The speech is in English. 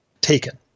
taken